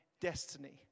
destiny